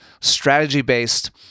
strategy-based